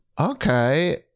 okay